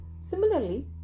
similarly